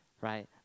right